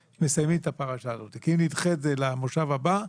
מסיימים את הפרשה הזאת כי אם נדחה את זה למושב הבא,